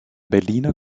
berliner